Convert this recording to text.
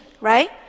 right